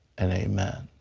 and amen.